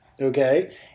okay